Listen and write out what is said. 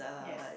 yes